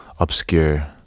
Obscure